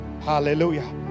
hallelujah